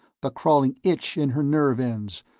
the crawling itch in her nerve ends,